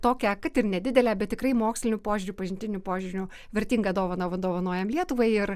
tokią kad ir nedidelę bet tikrai moksliniu požiūriu pažintiniu požiūriu vertingą dovaną vat dovanojam lietuvai ir